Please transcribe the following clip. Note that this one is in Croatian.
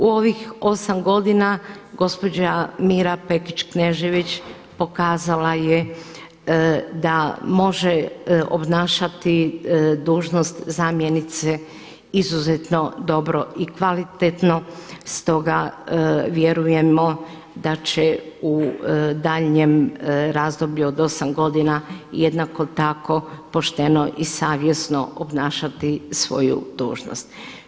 U ovih 8 godina gospođa Mira Pekić Knežević pokazala je da može obnašati dužnost zamjenice izuzetno dobro i kvalitetno stoga vjerujemo da će u daljnjem razdoblju od 8 godina jednako tako pošteno i savjesno obnašati svoju dužnost.